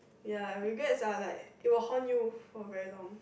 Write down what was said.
ya regrets are like it will haunt you for very long